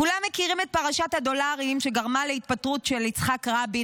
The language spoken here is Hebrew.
כולם מכירים את פרשת הדולרים שגרמה להתפטרות של יצחק רבין